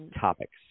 topics